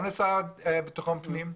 אני שלחתי מכתב גם לשר לביטחון פנים,